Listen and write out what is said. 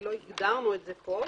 לא הגדרנו את זה פה.